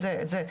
את זה',